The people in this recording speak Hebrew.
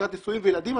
לקראת נישואין וילדים.